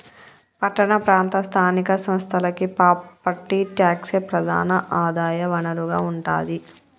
పట్టణ ప్రాంత స్థానిక సంస్థలకి ప్రాపర్టీ ట్యాక్సే ప్రధాన ఆదాయ వనరుగా ఉంటాది